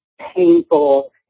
painful